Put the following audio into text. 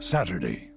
Saturday